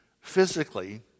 physically